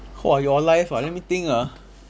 !whoa! your life ah let me think ah